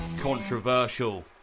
controversial